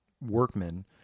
workmen